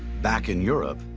back in europe,